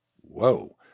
whoa